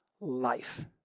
life